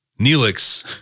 Neelix